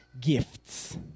gifts